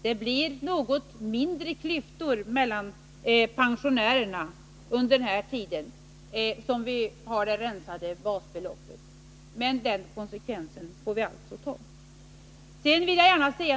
Det blir något mindre klyftor mellan pensionärerna under den här tiden som vi har det rensade basbeloppet, men den konsekvensen får vi alltså ta.